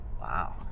Wow